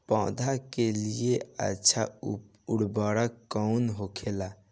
पौधा के लिए अच्छा उर्वरक कउन होखेला?